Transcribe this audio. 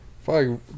fuck